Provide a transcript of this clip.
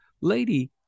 lady